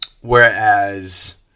Whereas